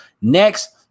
Next